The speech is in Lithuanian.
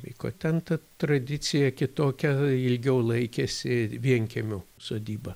bei ko ten ta tradicija kitokia ilgiau laikėsi vienkiemių sodyba